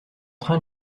train